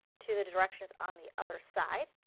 to the directions on the other side,